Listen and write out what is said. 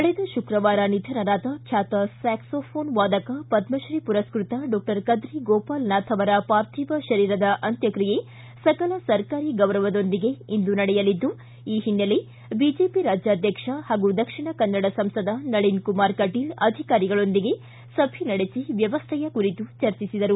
ಕಳೆದ ಶುಕ್ರವಾರ ನಿಧನರಾದ ಖ್ಯಾತ ಸ್ಥಾಕ್ಲೋಫೋನ್ ವಾದಕ ಪದ್ರತೀ ಪುರಸ್ಟೃತ ಡಾಕ್ಷರ್ ಕದ್ರಿ ಗೋಪಾಲ್ನಾಥ್ ಅವರ ಪಾರ್ಥಿವ ಶರೀರದ ಅಂತ್ಯಕ್ರಿಯೆ ಸಕಲ ಸರಕಾರಿ ಗೌರವದೊಂದಿಗೆ ಇಂದು ನಡೆಯಲಿದ್ದು ಈ ಹಿನ್ನೆಲೆ ಬಿಜೆಪಿ ರಾಜ್ಯಾಧ್ಯಕ್ಷ ಹಾಗೂ ದಕ್ಷಿಣ ಕನ್ನಡ ಸಂಸದ ನಳನ್ ಕುಮಾರ್ ಕಟೀಲ್ ಅಧಿಕಾರಿಗಳೊಂದಿಗೆ ಸಭೆ ನಡೆಸಿ ವ್ಯವಸ್ಥೆಯ ಕುರಿತು ಚರ್ಚಿಸಿದರು